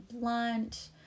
blunt